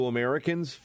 Americans